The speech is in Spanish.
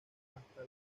hasta